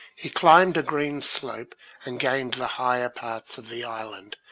he climbed a green slope and gained the higher parts of the island,